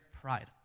pride